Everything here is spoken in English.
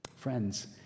Friends